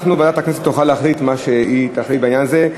ועדת הכנסת תוכל להחליט מה שהיא תחליט בעניין הזה.